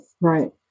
right